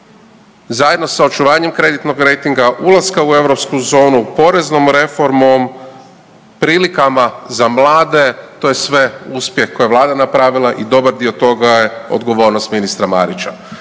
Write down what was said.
Zajedno sa očuvanjem kreditnog rejtinga, ulaska u eurozonu, poreznom reformom, prilikama za mlade, to je sve uspjeh koji je vlada napravila i dobar dio toga je odgovornost ministra Marića.